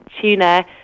tuna